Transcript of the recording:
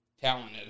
talented